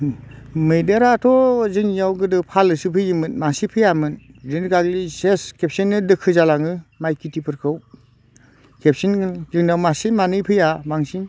मैदेराथ' जोंनियाव गोदो फालोसो फैयोमोन मासे फैयामोन बिदिनो गाग्लियो सेस खेबसेनो दोखो जालाङो माइ खिथिफोरखौ खेबसेनो जोंनाव मासे मानै फैया बांसिन